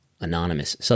anonymous